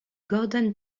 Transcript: gordon